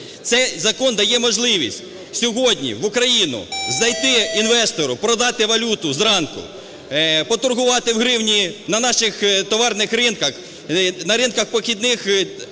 це закон дає можливість сьогодні в Україну зайти інвестору, продати валюту зранку, поторгувати у гривні на наших товарних ринках, на ринках похідних